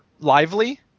lively